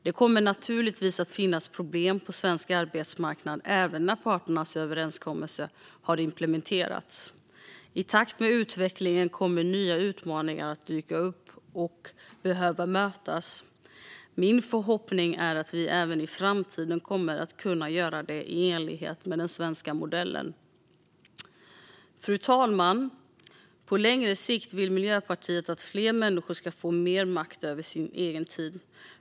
Det kommer naturligtvis att finnas problem på svensk arbetsmarknad även när parternas överenskommelse har implementerats. I takt med utvecklingen kommer nya utmaningar att dyka upp och behöva mötas. Min förhoppning är att vi även i framtiden kommer att kunna göra detta i enlighet med den svenska modellen. Fru talman! På längre sikt vill Miljöpartiet att fler människor ska få mer makt över sin egen tid.